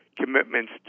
commitments